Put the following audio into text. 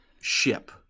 ship